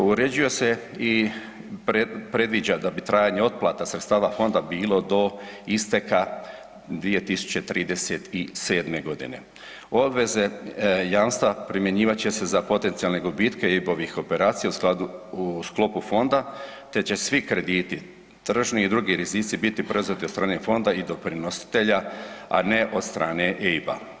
Uređuje se i predviđa da bi trajanje otplata sredstava fonda bilo do isteka 2037.g. Obveze jamstva primjenjivat će se za potencijalne gubitke EIB-ovih operacija u skladu, u sklopu fonda, te će svi krediti, tržni i drugi rizici biti preuzeti od strane fonda i doprinositelja, a ne od strane EIB-a.